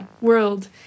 world